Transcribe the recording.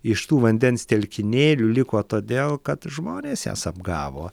iš tų vandens telkinėlių liko todėl kad žmonės jas apgavo